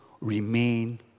remain